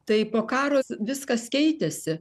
tai po karo viskas keitėsi